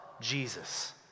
Jesus